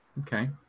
Okay